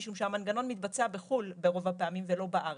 משום שהמנגנון מתבצע בחו"ל ברוב הפעמים ולא בארץ.